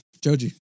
Joji